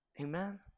Amen